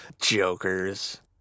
Jokers